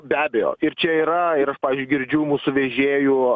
be abejo ir čia yra ir aš pavyzdžiui girdžiu mūsų vežėjų